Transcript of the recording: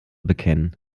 bekennen